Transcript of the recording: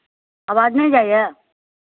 आवाज नहि जाइए